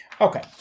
Okay